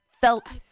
felt